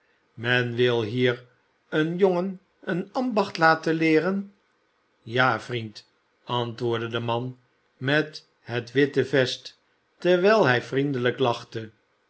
men wil hier een jongen een ambacht laten ieeren ja vriend antwoordde de man met het witte vest terwijl hij vriendelijk lachte